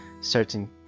certain